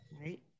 Right